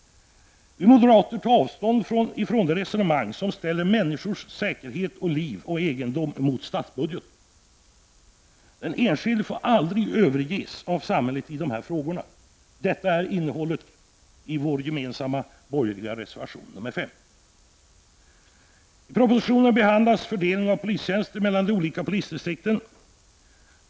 Vi moderater tar avstånd från det resonemang som ställer människors säkerhet till liv och egendom mot statsbudgeten. Den enskilde får aldrig överges av samhället i dessa avseenden. Detta är innehållet i vår gemensamma borgerliga reservation nr. 5. I propositionen behandlas fördelningen av polistjänster mellan de olika polisdistrikten.